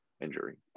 injury